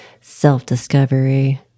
self-discovery